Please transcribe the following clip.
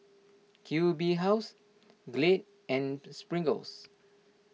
Q B House Glade and